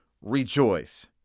rejoice